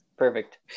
Perfect